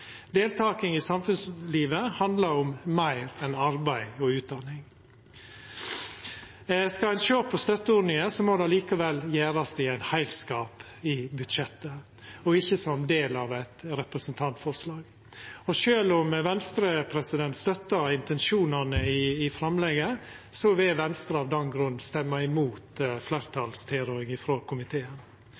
Deltaking i samfunnslivet handlar om meir enn arbeid og utdanning. Skal ein sjå på støtteordninga, må det likevel gjerast i ein heilskap i budsjettet, og ikkje som del av eit representantforslag. Sjølv om Venstre støttar intensjonane i framlegget, vil Venstre av den grunn stemma imot fleirtalstilrådinga frå komiteen.